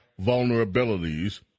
vulnerabilities